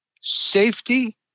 safety